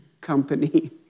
company